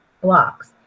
blocks